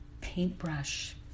Paintbrush